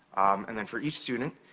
and then for each student,